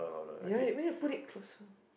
ya you need to put it closer